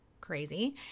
crazy